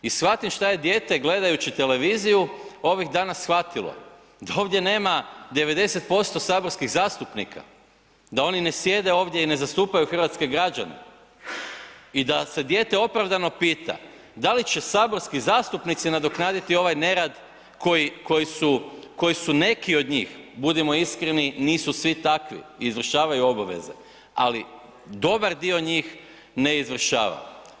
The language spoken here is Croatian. I shvatim šta je dijete gledajući televiziju ovih dana shvatilo da ovdje nema 90% saborskih zastupnika da oni ne sjede ovdje i ne zastupaju hrvatske građane i da se dijete opravdano pita da li će saborski zastupnici nadoknaditi ovaj nerad koji su neki od njih, budimo iskreni, nisu svi takvi, izvršavaju obaveze, ali dobar dio njih ne izvršava.